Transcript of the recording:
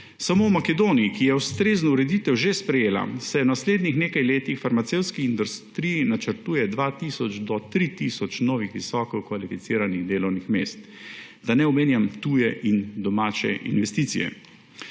Samo v Makedoniji, ki je ustrezno ureditev že sprejela, se v naslednjih nekaj letih v farmacevtski industriji načrtuje 2 tisoč do 3 tisoč novih visoko kvalificiranih delovnih mest, da ne omenjam tuje in domače investicije.